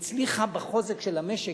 היא הצליחה בחוזק של המשק,